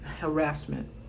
harassment